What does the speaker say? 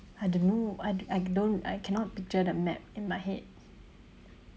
I don't know I I don't I cannot picture the map in my head